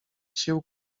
sił